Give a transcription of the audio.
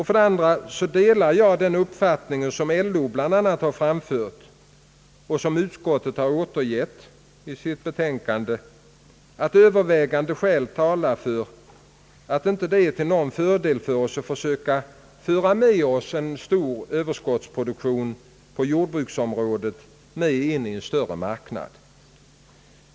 För övrigt delar jag den uppfattning, som bl.a. LO har givit uttryck åt och som utskottet har återgett i sitt utlåtande, nämligen att övervägande skäl talar för att det inte är till någon fördel för oss att försöka föra med oss en stor Ööverskottsproduktion på jordbrukets område in i en större marknad.